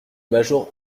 major